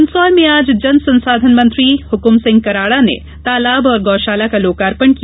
मंदसौर में आज जन संसाधन मंत्री हुकुम सिंह कराड़ा ने तालाब और गौशाला का लोकार्पण किया